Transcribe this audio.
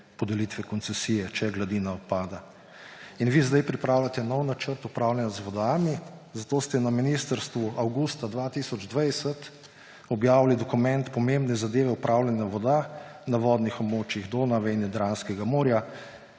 podelitve koncesije, če gladina upada. In vi sedaj pripravljate nov načrt upravljanja z vodami, zato ste na ministrstvu avgusta 2020 objavili dokument Pomembne zadeve upravljanja voda na vodnih območjih Donave in Jadranskega morja,